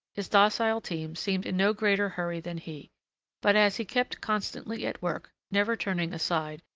his docile team seemed in no greater hurry than he but as he kept constantly at work, never turning aside,